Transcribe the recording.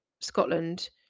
Scotland